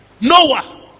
Noah